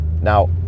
Now